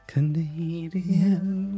Canadian